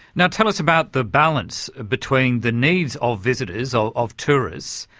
now tell us about the balance between the needs of visitors, ah of tourists,